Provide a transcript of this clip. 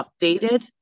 updated